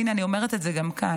והינה אני אומרת את זה גם כאן.